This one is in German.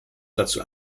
dazu